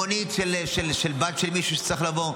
מונית לבית של מישהו שצריך לבוא,